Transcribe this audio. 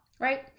right